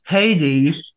Hades